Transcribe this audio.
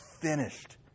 finished